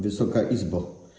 Wysoka Izbo!